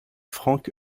frank